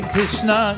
Krishna